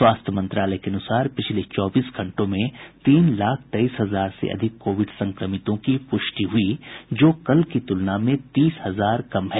स्वास्थ्य मंत्रालय के अनुसार पिछले चौबीस घंटों में तीन लाख तेईस हजार से अधिक कोविड संक्रमितों की पुष्टि हुई जो कल की तुलना में तीस हजार कम है